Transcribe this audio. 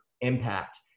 impact